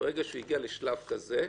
ברגע שהוא הגיע לשלב כזה,